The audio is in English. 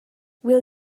will